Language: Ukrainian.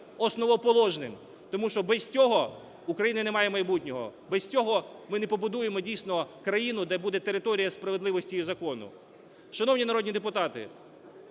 основоположним, тому що без цього в України немає майбутнього, без цього ми не побудуємо, дійсно, країну, де буде територія справедливості і закону. Шановні народні депутати,